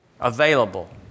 Available